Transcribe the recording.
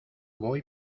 voy